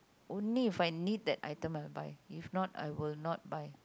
only if I need that item I will buy if not I will not buy